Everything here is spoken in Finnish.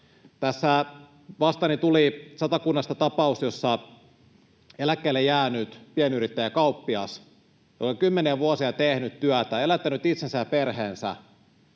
Tässä vastaani tuli Satakunnasta tapaus, jossa eläkkeelle jäänyt pienyrittäjä, kauppias, oli kymmeniä vuosia tehnyt työtä, elättänyt itsensä ja perheensä,